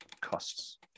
costs